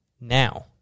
now